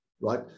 right